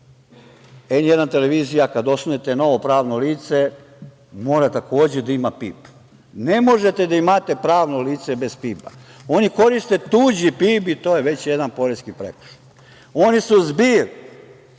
"N1" televizija, kad osnujete novo pravno lice, mora takođe da ima PIB.Ne možete da imate pravno lice bez PIB-a. Oni koriste tuđi PIB i to je već jedan poreski prekršaj. Oni su zbir